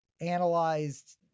analyzed